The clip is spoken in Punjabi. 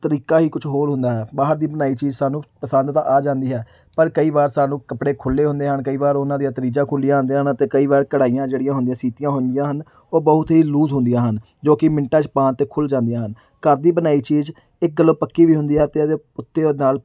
ਤਰੀਕਾ ਹੀ ਕੁਝ ਹੋਰ ਹੁੰਦਾ ਹੈ ਬਾਹਰ ਦੀ ਬਣਾਈ ਚੀਜ਼ ਸਾਨੂੰ ਪਸੰਦ ਤਾਂ ਆ ਜਾਂਦੀ ਹੈ ਪਰ ਕਈ ਵਾਰ ਸਾਨੂੰ ਕੱਪੜੇ ਖੁੱਲੇ ਹੁੰਦੇ ਹਨ ਕਈ ਵਾਰ ਉਹਨਾਂ ਦੀਆਂ ਤਰੀਜਾ ਖੁੱਲੀਆਂ ਆਉਂਦੀਆਂ ਹਨ ਅਤੇ ਕਈ ਵਾਰ ਕਢਾਈਆਂ ਜਿਹੜੀਆਂ ਹੁੰਦੀਆਂ ਸੀਤੀਆਂ ਹੁੰਦੀਆਂ ਹਨ ਉਹ ਬਹੁਤ ਹੀ ਲੂਜ ਹੁੰਦੀਆਂ ਹਨ ਜੋ ਕਿ ਮਿੰਟਾਂ 'ਚ ਪਾਉਣ 'ਤੇ ਖੁੱਲ ਜਾਂਦੀਆਂ ਹਨ ਘਰ ਦੀ ਬਣਾਈ ਚੀਜ਼ ਇੱਕ ਗੱਲੋ ਪੱਕੀ ਵੀ ਹੁੰਦੀ ਆ ਅਤੇ ਉੱਤੇ ਉਹ ਨਾਲ